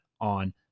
on